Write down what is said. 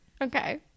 Okay